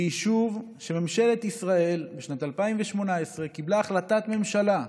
ביישוב שבשנת 2018 ממשלת ישראל קיבלה החלטת ממשלה,